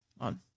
On